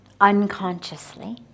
unconsciously